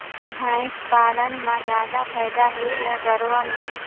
भंइस पालन म जादा फायदा हे या गरवा में?